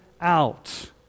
out